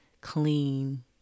clean